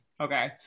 Okay